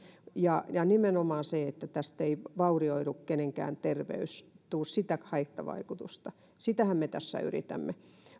ja ja nimenomaan se että tästä ei vaurioidu kenenkään terveys ettei tule sitä haittavaikutusta sitähän me tässä yritämme